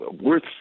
worth